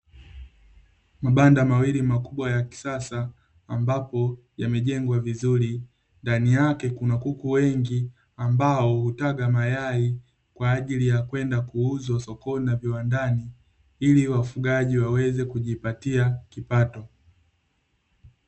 Mabanda mawili makubwa ya kisasa ambapo yamejengwa vizuri, ndani yake kuna kuku wengi ambao hutaga mayai kwa ajili ya kwenda kuuzwa sokoni na viwandani; ili wafugaji waweze kujipatia kipato.